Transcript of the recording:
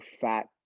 fat